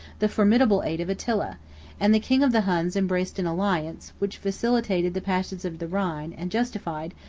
the formidable aid of attila and the king of the huns embraced an alliance, which facilitated the passage of the rhine, and justified,